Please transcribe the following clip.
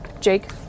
Jake